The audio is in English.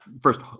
first